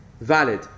valid